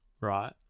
right